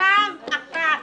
-- פעם אחת